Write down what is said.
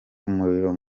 umuriro